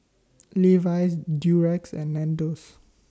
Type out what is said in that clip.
Levi's Durex and Nandos